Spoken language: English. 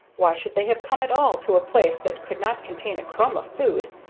why should they have come at all to a place that could not contain a crumb of food,